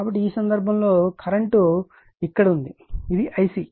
కాబట్టి ఈ సందర్భంలో కరెంట్ ఇక్కడ ఉంది ఇది Ic